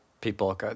People